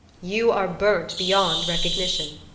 you are burnt beyond recognition,